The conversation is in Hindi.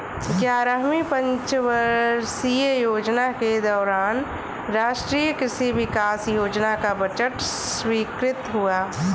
ग्यारहवीं पंचवर्षीय योजना के दौरान राष्ट्रीय कृषि विकास योजना का बजट स्वीकृत हुआ